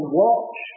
watch